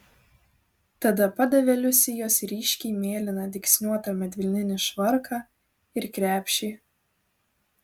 tada padavė liusei jos ryškiai mėlyną dygsniuotą medvilninį švarką ir krepšį